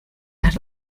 las